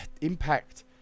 impact